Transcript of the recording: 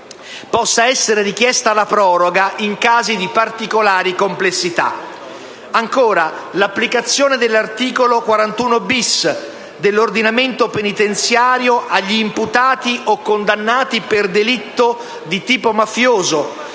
possa essere richiesta la proroga, in casi di particolare complessità); l'applicazione dell'articolo 41-*bis* dell'ordinamento penitenziario agli imputati o condannati per delitto di tipo mafioso,